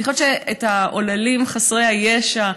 אני חושבת שהעוללים חסרי הישע,